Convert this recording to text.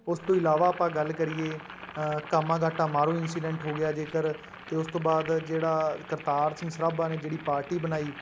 ਉਸ ਤੋਂ ਇਲਾਵਾ ਆਪਾਂ ਗੱਲ ਕਰੀਏ ਕਾਮਾਗਾਟਾਮਾਰੂ ਇੰਸੀਡੈਂਟ ਹੋ ਗਿਆ ਜੇਕਰ ਅਤੇ ਉਸ ਤੋਂ ਬਾਅਦ ਜਿਹੜਾ ਕਰਤਾਰ ਸਿੰਘ ਸਰਾਭਾ ਨੇ ਜਿਹੜੀ ਪਾਰਟੀ ਬਣਾਈ